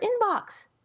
inbox